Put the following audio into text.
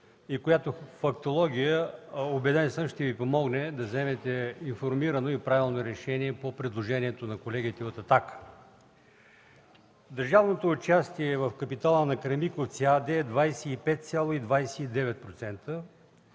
и която фактология, убеден съм, ще Ви помогне да вземете информирано и правилно решение по предложението на колегите от „Атака”. Държавното участие в капитала на „Кремиковци” АД е 25,29%,